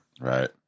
right